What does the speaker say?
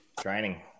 training